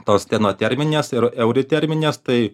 tos stenoterminės ir euriterminės tai